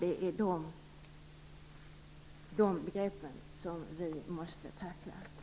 Det är de begreppen som vi måste tackla.